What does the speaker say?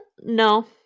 No